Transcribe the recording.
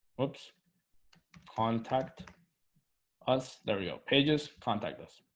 whoops contact us. there we go pages contact us